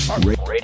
Radio